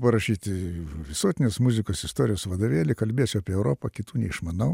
parašyti visuotinės muzikos istorijos vadovėlį kalbėsiu apie europą kitų neišmanau